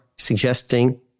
suggesting